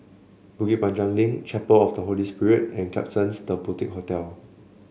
Bukit Panjang Link Chapel of the Holy Spirit and Klapsons The Boutique Hotel